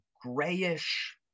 grayish